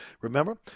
Remember